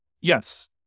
Yes